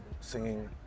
singing